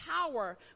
power